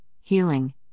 healing